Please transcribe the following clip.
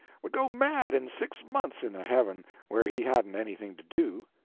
would go mad in six months in a heaven where he hadn't anything to do.